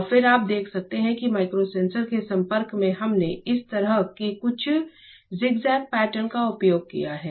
और फिर आप देख सकते हैं कि माइक्रो सेंसर के संपर्क में हमने इस तरह के कुछ ज़िगज़ैग पैटर्न का उपयोग किया है